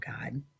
god